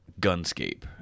Gunscape